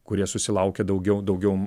kurie susilaukia daugiau daugiau